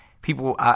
People